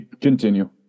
continue